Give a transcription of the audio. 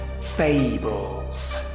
Fables